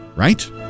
Right